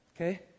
Okay